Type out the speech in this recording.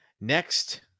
Next